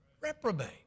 Reprobate